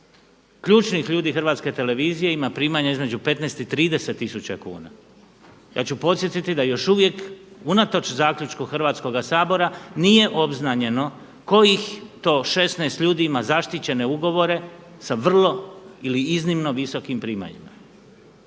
ključnih ljudi Hrvatske televizije ima primanja između 15 i 30 000 kuna. Ja ću podsjetiti da unatoč zaključku Hrvatskoga sabora nije obznanjeno kojih to 16 ljudi ima zaštićene ugovore sa vrlo ili iznimno visokim primanjima.